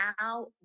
now